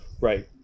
Right